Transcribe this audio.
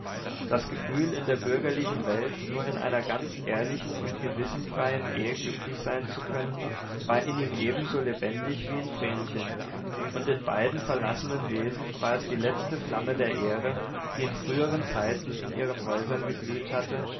das gefühl in der bürgerlichen welt nur in einer ganz ehrlichen und gewissenfreien ehe glücklich sein zu können war in ihm ebenso lebendig wie in vrenchen und in beiden verlassenen wesen war es die letzte flamme der ehre die in früheren zeiten in ihren häusern geglüht hatte